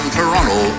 Toronto